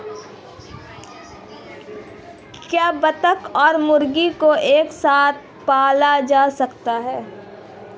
क्या बत्तख और मुर्गी को एक साथ पाला जा सकता है?